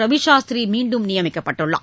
ரவிசாஸ்திரி மீண்டும் நியமிக்கப்பட்டுள்ளார்